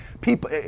people